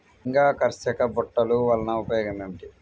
లింగాకర్షక బుట్టలు వలన ఉపయోగం ఏమిటి?